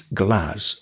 glass